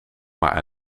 maar